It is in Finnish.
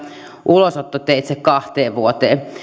ulosottoteitse kahteen vuoteen